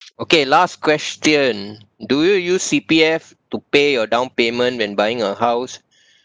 okay last question do you use C_P_F to pay your down payment when buying a house